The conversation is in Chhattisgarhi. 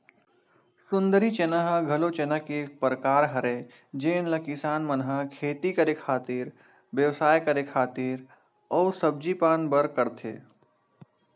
सुंदरी चना ह घलो चना के एक परकार हरय जेन ल किसान मन ह खेती करे खातिर, बेवसाय करे खातिर अउ सब्जी पान बर करथे